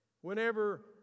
Whenever